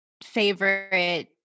favorite